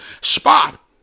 spot